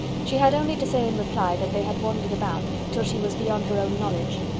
she had only to say in reply, that they had wandered about, till she was beyond her own knowledge.